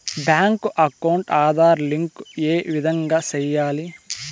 Bank account Aadhaar link ఏ విధంగా సెయ్యాలి?